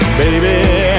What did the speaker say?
Baby